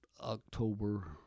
October